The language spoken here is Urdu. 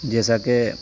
جیسا کہ